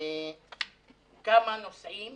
כמה נוסעים